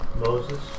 Moses